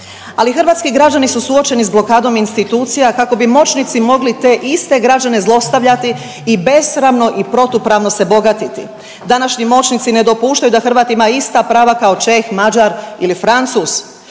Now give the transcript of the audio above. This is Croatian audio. ali hrvatski građani su suočeni sa blokadom institucija kako bi moćnici mogli te iste građane zlostavljati i besramno i protupravno se bogatiti. Današnji moćnici ne dopuštaju da Hrvat ima ista prava kao Čeh, Mađar ili Francuz.